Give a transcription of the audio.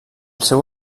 seu